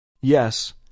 Yes